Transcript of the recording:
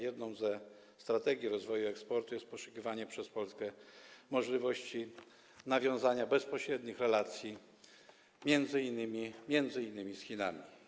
Jedną ze strategii rozwoju eksportu jest poszukiwanie przez Polskę możliwości nawiązania bezpośrednich relacji, m.in. z Chinami.